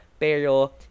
Pero